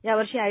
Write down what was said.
यावर्षी आय